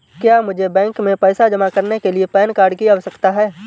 क्या मुझे बैंक में पैसा जमा करने के लिए पैन कार्ड की आवश्यकता है?